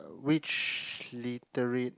which literate